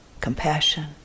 compassion